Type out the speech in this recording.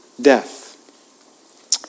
death